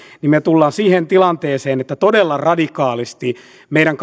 niin me tulemme siihen tilanteeseen että todella radikaalisti meidän